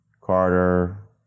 Carter